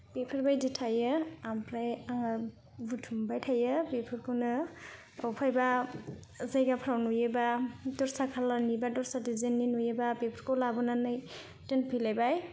बेफोरबायदि थायो ओमफ्राय आङो बुथुमबाय थायो बेफोरखौनो अबहायबा जायगाफ्राव नुयोबा दस्रा खालार नि बा दस्रा डिजायन नि नुयोबा बेफोरखौ लाबोनानै दोनफैलायबाय